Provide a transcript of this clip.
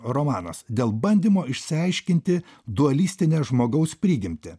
romanas dėl bandymo išsiaiškinti dualistinę žmogaus prigimtį